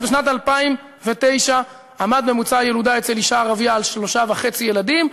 אז בשנת 2009 עמד ממוצע הילודה אצל אישה ערבייה על 3.5 ילדים,